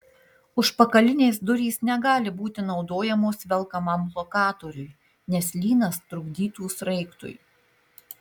užpakalinės durys negali būti naudojamos velkamam lokatoriui nes lynas trukdytų sraigtui